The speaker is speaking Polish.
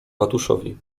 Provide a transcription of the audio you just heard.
ratuszowi